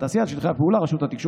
והתעשייה את שטחי הפעולה: רשות התקשוב